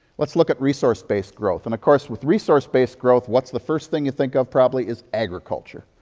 let's look at resource-based growth and, of course, with resource-based growth, what's the first thing you think of probably, is agriculture.